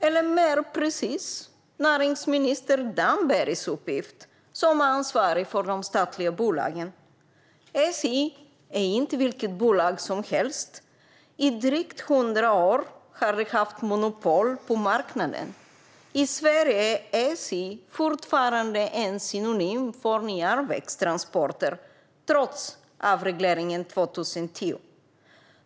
Eller mer precist: Det är näringsminister Dambergs uppgift som ansvarig för de statliga bolagen. SJ är inte vilket bolag som helst. I drygt 100 år har de haft monopol på marknaden. I Sverige är SJ fortfarande en synonym för järnvägstransporter, trots avregleringen 2010.